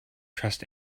trust